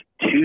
two